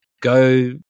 go